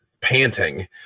panting